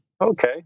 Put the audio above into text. Okay